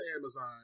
Amazon